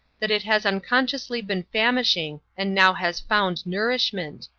that it has unconsciously been famishing and now has found nourishment.